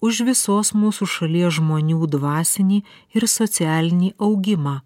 už visos mūsų šalies žmonių dvasinį ir socialinį augimą